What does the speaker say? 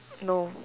no